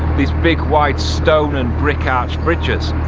these big wide stone and brick arch bridges.